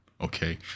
okay